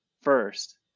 first